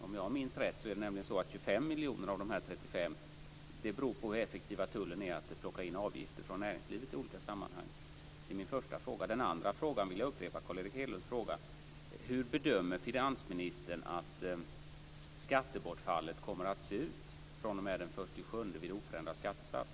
Om jag minns rätt beror 25 miljoner av dessa 35 på hur effektiv tullen är på att plocka in avgifter från näringslivet i olika sammanhang. Jag vill upprepa Carl Erik Hedlunds fråga om hur finansministern bedömer att skattebortfallet kommer att se ut från den 1 juli vid oförändrad skattesats.